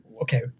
okay